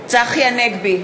הנגבי,